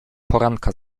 poranka